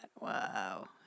Wow